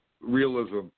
realism